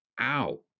Ow